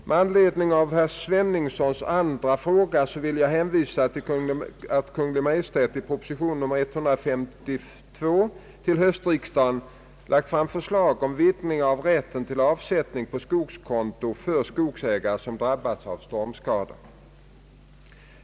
Med anledning av herr Sveningssons andra fråga vill jag hänvisa till att Kungl. Maj:t i proposition nr 152 till höstriksdagen lagt fram förslag om vidgning av rätten till avsättning på skogskonto för skogsägare som drabbats av stormskador.